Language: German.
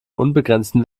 unbegrenzten